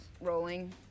rolling